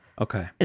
Okay